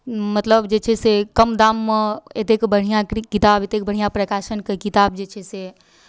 मतलब जे छै से कम दाममे एतेक बढ़िआँ किताब एतेक बढ़िआँ प्रकाशनके किताब जे छै से